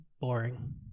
boring